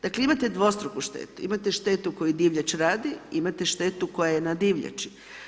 Dakle, imate dvostruku štetu, imate štetu koju divljač radi imate štetu koja je na divljači.